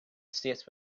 states